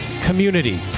community